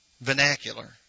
vernacular